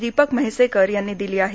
दीपक म्हैसेकर यांनी दिली आहे